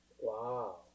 Wow